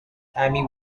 amy